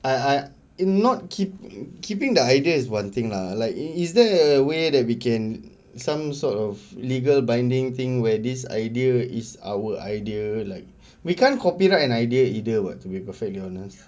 I I it not keeping keeping the idea is one thing lah like is there a way that we can some sort of legal binding thing where this idea is our idea like we can't copyright an idea either [what] to be perfectly honest